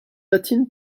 latin